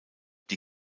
die